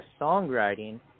songwriting